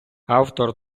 автор